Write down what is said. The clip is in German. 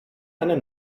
eine